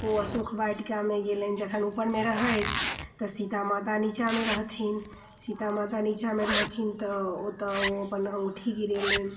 ओ अशोक वाटिकामे गेलनि जखन उपरमे रहैत तऽ सीता माता नीचाँमे रहथिन सीता माता नीचामे रहथिन तऽ ओतऽ ओ अपन अँगुठी गिरेलनि